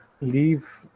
leave